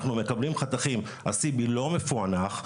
אנחנו מקבלים חתכים, ה-CBCT לא מפוענח.